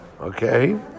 Okay